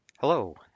Hello